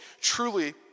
truly